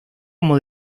como